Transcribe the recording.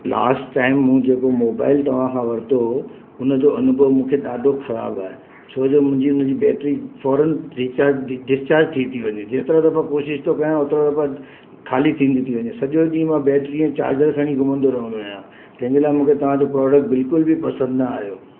last time मूं जेको mobile तव्हां खां वरितो उन जो अनुभव मूंखे ॾाढो ख़राबु आहे छो जो मुंहिंजी हुन जी बैटरी फोरन डिस्चार्ज थी थी वञे जेतिरो दफ़ो कोशिशि थो कयो ओतिरो दफ़ो ख़ाली थींदी थी वञे सॼो ॾींहुं मां बैटरी ऐं चार्जर खणी घुमंदो रहंदो आहियां तंहिंजे लाइ मूंखे तव्हांजो प्रोडक्ट बिल्कुल बि पसंदि न आहियो